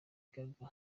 gaga